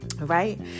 right